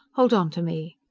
hold on to me.